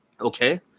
okay